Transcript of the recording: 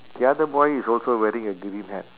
the other boy is also wearing a green hat